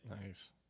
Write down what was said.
Nice